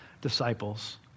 disciples